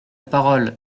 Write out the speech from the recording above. parole